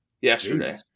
yesterday